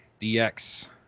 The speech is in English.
DX